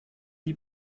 die